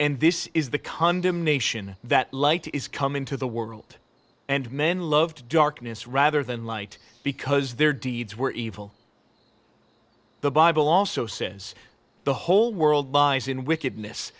and this is the condemnation that light is coming to the world and men loved darkness rather than light because their deeds were evil the bible also says the whole world buys in wicked